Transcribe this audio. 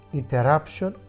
interruption